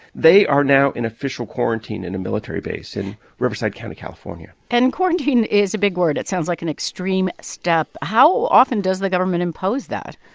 they are now in official quarantine in a military base in riverside county, calif yeah and quarantine is a big word. it sounds like an extreme step. how often does the government impose that?